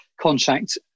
contract